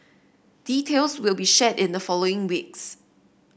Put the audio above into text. details will be shared in the following weeks